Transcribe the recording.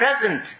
present